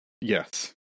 Yes